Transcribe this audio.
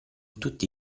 tutti